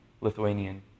Lithuanian